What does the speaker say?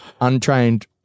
untrained